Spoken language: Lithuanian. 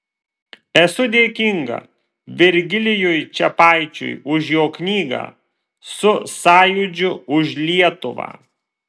esu dėkinga virgilijui čepaičiui už jo knygą su sąjūdžiu už lietuvą